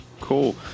cool